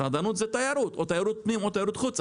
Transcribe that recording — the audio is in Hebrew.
מסעדנות זה תיירות או תיירות פנים או תיירות חוץ.